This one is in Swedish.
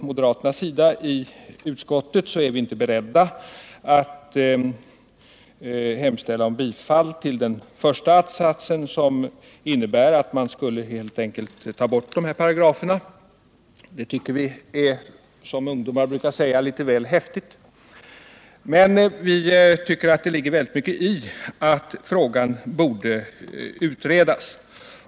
Moderaternas representanter i utskottet är inte beredda att hemställa om bifall till den första att-satsen i motionen, som innebär att man helt enkelt skulle ta bort dessa paragrafer. Vi tycker att detta är, som ungdomar brukar säga, litet väl häftigt. Men det ligger enligt vår mening mycket i yrkandet att denna fråga borde utredas.